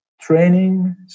training